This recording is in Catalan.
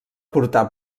portar